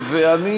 ואני